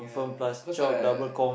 cause I